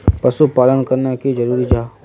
पशुपालन करना की जरूरी जाहा?